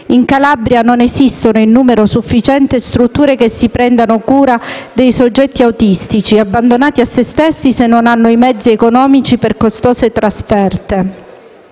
In Calabria non esistono in numero sufficiente strutture che si prendano cura dei soggetti autistici, abbandonati a se stessi se non hanno i mezzi economici per costose trasferte.